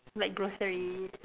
like groceries